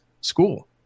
school